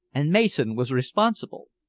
and mason was responsible.